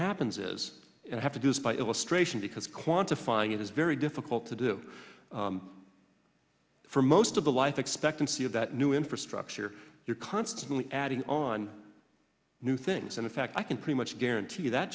happens is i have to do this by illustration because quantifying it is very difficult to do for most of the life expectancy of that new infrastructure you're constantly adding on new things and in fact i can pretty much guarantee that